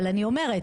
אבל אני אומרת,